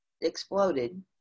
exploded